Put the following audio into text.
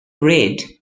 reid